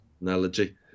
Analogy